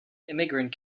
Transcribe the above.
immigrant